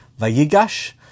Vayigash